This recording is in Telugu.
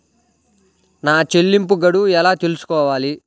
నా చెల్లింపు గడువు ఎలా తెలుసుకోవాలి?